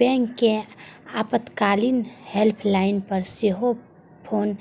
बैंकक आपातकालीन हेल्पलाइन पर सेहो फोन